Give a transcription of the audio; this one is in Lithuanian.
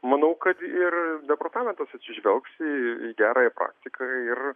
manau kad ir departamentas atsižvelgs į į gerąją praktiką ir